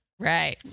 Right